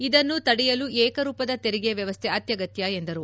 ಇದನ್ನು ತಡೆಯಲು ಏಕರೂಪದ ತೆರಿಗೆ ವ್ಯವಸ್ಥೆ ಅತ್ಯಗತ್ಯ ಎಂದರು